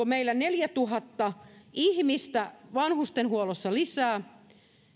meillä neljätuhatta ihmistä vanhustenhuollossa lisää